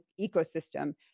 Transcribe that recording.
ecosystem